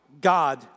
God